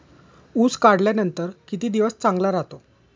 ऊस काढल्यानंतर किती दिवस चांगला राहतो?